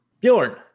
Bjorn